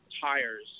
tires